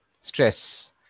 stress